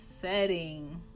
setting